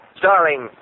starring